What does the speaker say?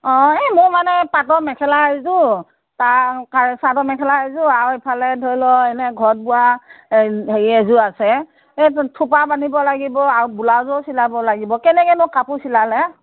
অ এই মোৰ মানে পাটৰ মেখেলা এযোৰ চাদৰ মেখেলা এযোৰ আৰু ইফালে ধৰি ল' এনে ঘৰত বোৱা হেৰি এযোৰ আছে সেইযোৰ থোপা বান্ধিব লাগিব আৰু ব্লাউজো চিলাব লাগিব কেনেকৈনো কাপোৰ চিলালে